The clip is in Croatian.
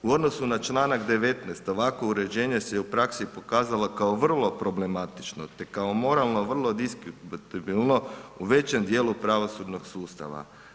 U odnosu na članak 19. ovakvo uređenje se u praksi se pokazalo kao vrlo problematično te kao moralno vrlo diskutabilno u većem djelu pravosudnog sustava.